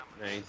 Nice